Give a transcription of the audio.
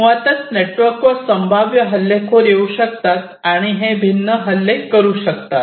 मुळातच नेटवर्क वर संभाव्य हल्लेखोर येऊ शकतात आणि भिन्न हल्ले करू शकतात